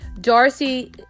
Darcy